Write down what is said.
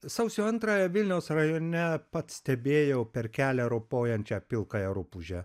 sausio antrąją vilniaus rajone pats stebėjau per kelią ropojančią pilkąją rupūžę